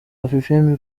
afrifame